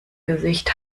gesicht